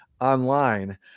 online